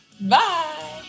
Bye